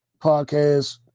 podcast